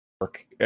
work